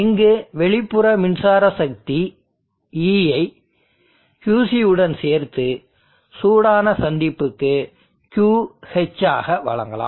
இங்கு வெளிப்புற மின்சார சக்தி Eயை Qc உடன் சேர்த்து சூடான சந்திப்புக்கு Qh ஆக வழங்கலாம்